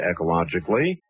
ecologically